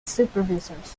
supervisors